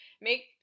Make